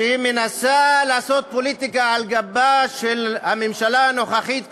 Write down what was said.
שמנסה לעשות פוליטיקה על גבה של הממשלה הנוכחית,